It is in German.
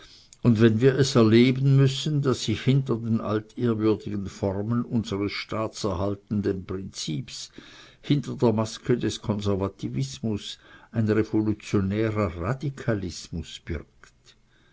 und wenn wir es erleben müssen daß sich hinter den altehrwürdigen formen unseres staatserhaltenden prinzips hinter der maske des konservatismus ein revolutionärer radikalismus birgt